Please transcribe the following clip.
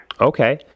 Okay